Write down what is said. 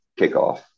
kickoff